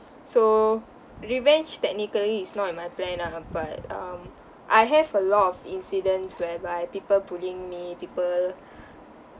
so revenge technically is not in my plan ah but um I have a lot of incidents whereby people bullying me people